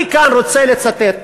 אני כאן רוצה לצטט